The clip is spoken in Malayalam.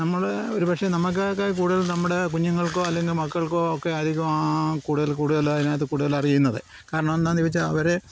നമ്മൾ ഒരുപക്ഷെ നമ്മൾക്കൊക്കെ കൂടുതൽ നമ്മുടെ കുഞ്ഞുങ്ങൾക്കോ അല്ലെങ്കിൽ മക്കൾക്കോ ഒക്കെ ആയിരിക്കും ആ കൂടുതൽ കൂടുതൽ അതിനകത്ത് കൂടുതൽ അറിയുന്നത് കാരണം എന്താണെന്നു വച്ചാൽ അവർ